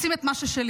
רוצים את מה ששלי.